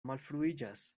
malfruiĝas